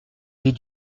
des